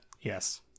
Yes